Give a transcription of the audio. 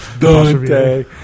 Dante